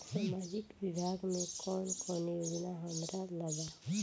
सामाजिक विभाग मे कौन कौन योजना हमरा ला बा?